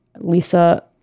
Lisa